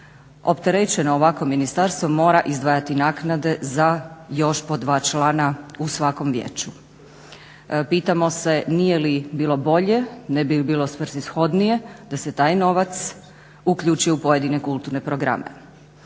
opterećeno ovakvo ministarstvo mora izdvajati naknade za još po dva člana u svakom vijeću. Pitamo se nije li bilo bolje, ne bi li bilo svrsishodnije da se taj novac uključi u pojedine kulturne programe.